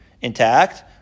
intact